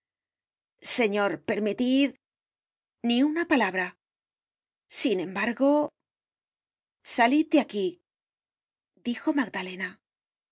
señor permitid ni una palabra sin embargo salid de aquí dijo magdalena